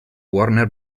warner